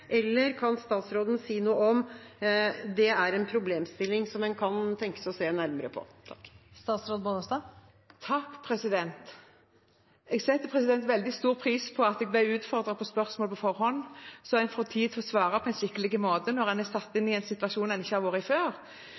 eller kan statsråden si noe om det er en problemstilling man kan tenke seg å se nærmere på? Jeg setter veldig stor pris på at jeg ble utfordret på spørsmål på forhånd, slik at jeg fikk tid til å svare på en skikkelig måte – i en situasjon jeg ikke har vært i før.